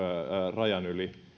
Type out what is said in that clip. rajan yli